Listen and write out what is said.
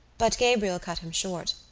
but gabriel cut him short.